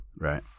Right